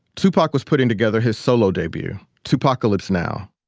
tupac was putting together his solo debut, two pacalypse now.